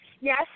Yes